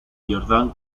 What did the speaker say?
jordan